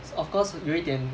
of course 有一点